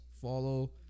follow